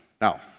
Now